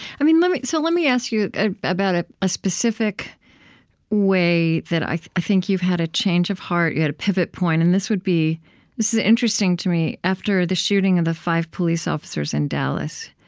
i mean, let me so let me ask you ah about ah a specific way that i think you've had a change of heart, you had a pivot point. and this would be this is interesting to me. after the shooting of the five police officers in dallas,